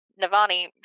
Navani